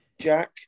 Jack